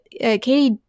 Katie